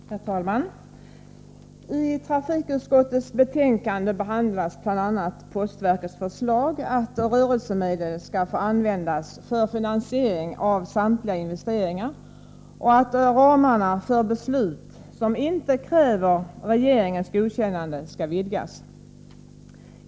Herr talman! I trafikutskottets betänkande behandlas bl.a. postverkets förslag att rörelsemedel skall få användas för finansiering av samtliga investeringar och att ramarna för beslut som inte kräver regeringens godkännande skall vidgas.